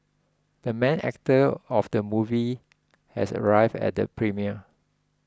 the main actor of the movie has arrived at the premiere